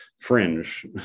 fringe